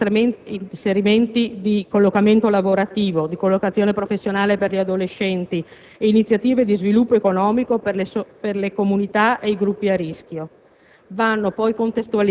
Ancora, vanno fatti degli interventi di collocamento lavorativo, di collocazione professionale per gli adolescenti e iniziative di sviluppo economico per le comunità e i gruppi di rischio.